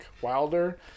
Wilder